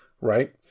right